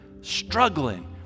struggling